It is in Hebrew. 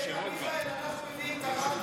רגע, מיכאל, אנחנו מביאים את הרב,